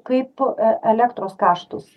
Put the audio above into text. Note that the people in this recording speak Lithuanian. kaip e elektros kaštus